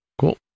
Cool